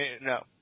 no